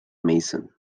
mason